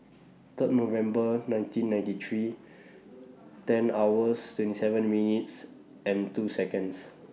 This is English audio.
Third November nineteen ninety three ten hours twenty seven minutes and two Seconds